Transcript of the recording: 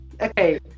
Okay